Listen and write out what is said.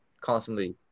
constantly